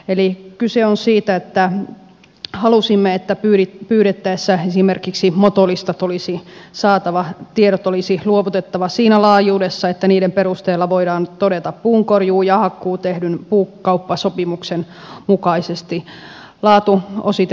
eli kyse on siitä että halusimme että pyydettäessä esimerkiksi motolistat olisi saatava tiedot olisi luovutettava siinä laajuudessa että niiden perusteella voidaan todeta puunkorjuu ja hakkuu tehdyn puukauppasopimuksen mukaisesti